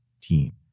team